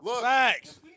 Facts